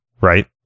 right